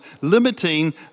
limiting